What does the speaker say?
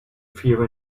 fear